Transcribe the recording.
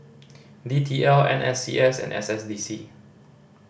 D T L N S C S and S S D C